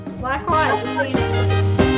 Likewise